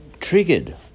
triggered